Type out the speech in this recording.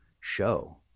show